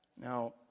Now